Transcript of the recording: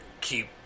keep